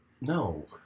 No